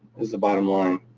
is the bottom line.